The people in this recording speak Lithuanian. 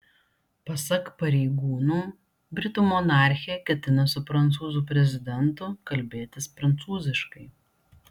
pasak pareigūnų britų monarchė ketina su prancūzų prezidentu kalbėtis prancūziškai